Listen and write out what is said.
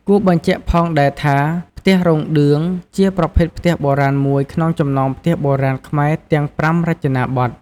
គួរបញ្ជាក់ផងដែរថា ផ្ទះរោងឌឿង ជាប្រភេទផ្ទះបុរាណមួយក្នុងចំណោមផ្ទះបុរាណខ្មែរទាំង៥រចនាបថ។